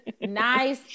nice